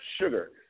sugar